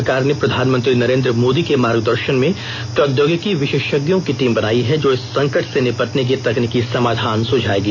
सरकार ने प्रधानमंत्री नरेन्द्र मोदी के मार्गदर्शन में प्रौद्योगिकी विशेषज्ञों की टीम बनाई है जो इस संकट से निपटने के तकनीकी समाधान सुझाएगी